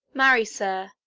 marry, sir,